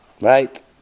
right